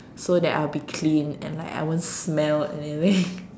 so that I'll be clean and like I won't smell anything